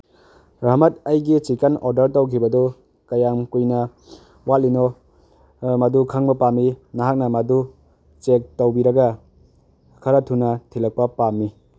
ꯔꯍꯥꯃꯠ ꯑꯩꯒꯤ chicken order ꯇꯧꯈꯤꯕ ꯑꯗꯨ ꯀꯌꯥꯝ ꯀꯨꯏꯅ ꯋꯥꯠꯂꯤꯅꯣ ꯃꯗꯨ ꯈꯪꯕ ꯄꯥꯝꯃꯤ ꯅꯍꯥꯛꯅ ꯃꯗꯨ ꯆꯦꯛ ꯇꯧꯕꯤꯔꯒ ꯈꯔ ꯊꯨꯅ ꯊꯤꯜꯂꯛꯄ ꯄꯥꯝꯃꯤ